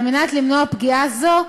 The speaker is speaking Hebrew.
על מנת למנוע פגיעה זו,